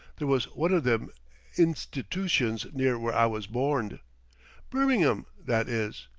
there was one of them institootions near where i was borned birming'am, that is.